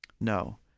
no